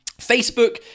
Facebook